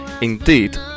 Indeed